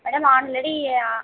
madam already